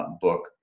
book